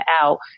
out